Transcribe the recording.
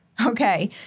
Okay